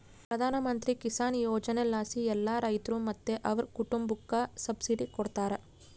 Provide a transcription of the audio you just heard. ಪ್ರಧಾನಮಂತ್ರಿ ಕಿಸಾನ್ ಯೋಜನೆಲಾಸಿ ಎಲ್ಲಾ ರೈತ್ರು ಮತ್ತೆ ಅವ್ರ್ ಕುಟುಂಬುಕ್ಕ ಸಬ್ಸಿಡಿ ಕೊಡ್ತಾರ